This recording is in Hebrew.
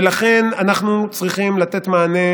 ולכן אנחנו צריכים לתת מענה